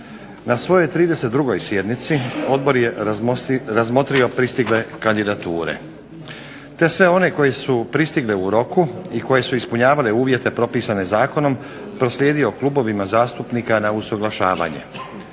Na svojoj 32. sjednici odbor je razmotrio pristigle kandidature, te sve one koje su pristigle u roku i koje su ispunjavale uvjete propisane zakonom proslijedio klubovima zastupnika na usuglašavanje.